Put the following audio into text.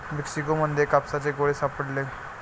Mexico मध्ये कापसाचे गोळे सापडले